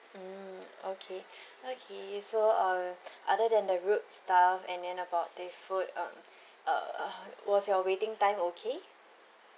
mm okay okay so uh other than the rude staff and then about the food um (uh huh) was your waiting time okay